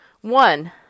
one